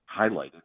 highlighted